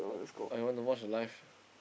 or you want to watch the live